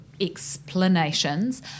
explanations